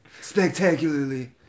spectacularly